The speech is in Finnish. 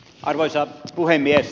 arvoisa puhemies